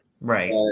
Right